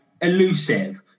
elusive